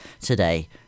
today